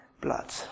blood